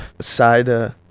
side